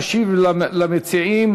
תשיב למציעים